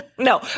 No